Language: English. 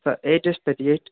sir eight dash thirty eight